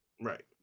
Right